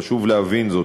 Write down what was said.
חשוב להבין זאת,